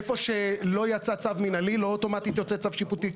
איפה שיצא צו מנהלי, לא אוטומטית יוצא צו שיפוטי.